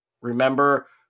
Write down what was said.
remember